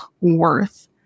worth